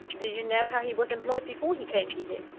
do you know how he was employed before he came to you?